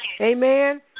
Amen